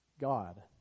God